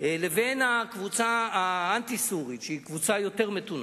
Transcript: לבין הקבוצה האנטי-סורית, שהיא קבוצה יותר מתונה,